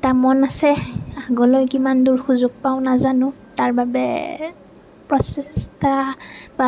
এটা মন আছে আগলৈ কিমান দূৰ সুযোগ পাওঁ নাজানো তাৰ বাবে প্ৰচেষ্টা বা